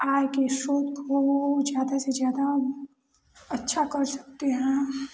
आय के स्रोत को ज़्यादा से ज़्यादा अच्छा कर सकते हैं